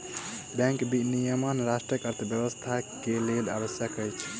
bank विनियमन राष्ट्रक अर्थव्यवस्था के लेल आवश्यक अछि